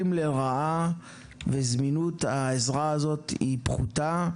לרעה וזמינות העזרה הזאת היא פחותה,